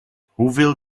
hoeveel